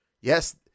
Yes